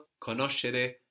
conoscere